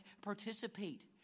participate